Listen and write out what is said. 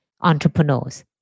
entrepreneurs